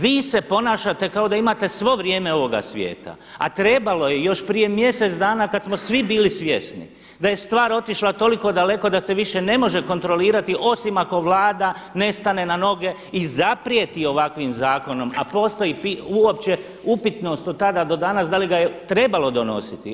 Vi se ponašate kao da imate svo vrijeme ovoga svijeta, a trebalo je još prije mjesec dana kada smo svi bili svjesni da je stvar otišla toliko daleko da se više ne može kontrolirati osim ako Vlada ne stane na noge i zaprijeti ovakvim zakonom, a postoji uopće upitnost od tada do danas da li ga je trebalo donositi.